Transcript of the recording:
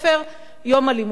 יום הלימוד היה ארוך,